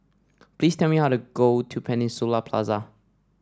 please tell me how to go to Peninsula Plaza